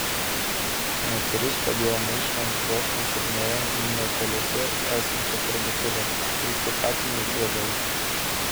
moteris padėjo maišą ant krosnies ir nuėjo į netoliese esančią parduotuvę pirkti katinui ėdalo